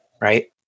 right